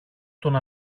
τον